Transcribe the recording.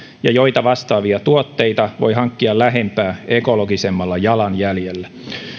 ja joita vastaavia tuotteita voi hankkia lähempää ekologisemmalla jalanjäljellä